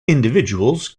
individuals